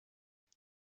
what